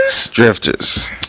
Drifters